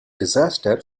disaster